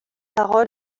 parole